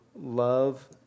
love